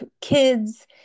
kids